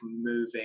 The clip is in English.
moving